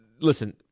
listen